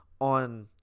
on